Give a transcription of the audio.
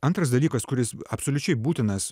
antras dalykas kuris absoliučiai būtinas